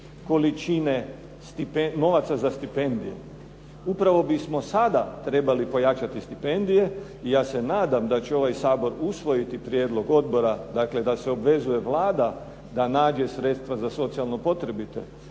količine novaca za stipendije. Upravo bismo sada trebali pojačati stipendije. I ja se nadam da će ovaj Sabor usvojiti prijedlog odbora, dakle da se obvezuje Vlada da nađe sredstva za socijalno potrebite.